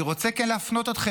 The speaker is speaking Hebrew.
סליחה, אני מצטערת.